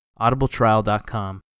audibletrial.com